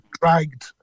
dragged